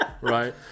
right